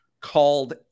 called